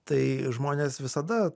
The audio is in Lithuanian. tai žmonės visada